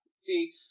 see